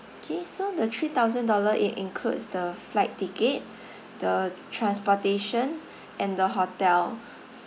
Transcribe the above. K so the three thousand dollar it includes the flight ticket the transportation and the hotel